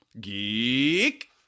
Geek